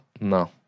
No